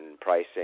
pricing